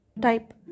Type